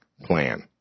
plan